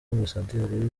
ambasaderi